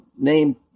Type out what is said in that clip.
name